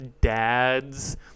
dads